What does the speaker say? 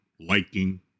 liking